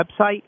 website